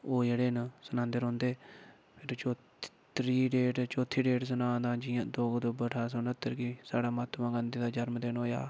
ओह् जेह्ड़े न सनांदे रौंह्दे ते चौथ त्री डेट चौथी डेट सनां तां जियां दो अक्टूबर ठारां सौ नह्त्तर गी साढ़ा महात्मा गांधी दा जरम दिन होएआ